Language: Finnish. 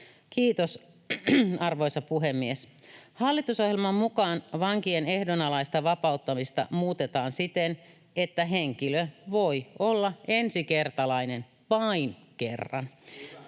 Kiitos, arvoisa puhemies! Hallitusohjelman mukaan vankien ehdonalaista vapauttamista muutetaan siten, että henkilö voi olla ensikertalainen vain kerran.